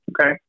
Okay